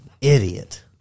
Idiot